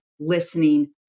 Listening